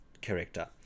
character